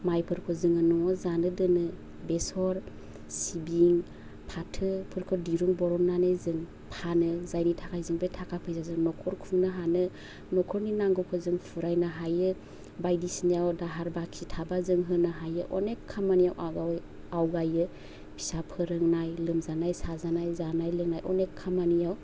मायफोरखौ जोङो न'वाव जानो दोनो बेसर सिबिं फाथोफोरखौ दिरुं बरननानै जों फानो जायनि थाखाय जों बे ताखा फैसाजों नखर खुंनो हानो नखरनि नांगौखौ जों फुरायनो हायो बायदिसिनायाव दाहार बाखि थाबा जों होनो हायो अनेक खामानियाव आबाव आवगायो फिसा फोरोंनाय लोमजानाय साजानाय जानाय लोंनाय अनेक खामानियाव